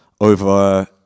over